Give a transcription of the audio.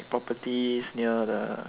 property near the